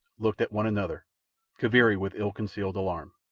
looked at one another kaviri with ill-concealed alarm.